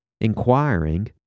inquiring